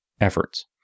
efforts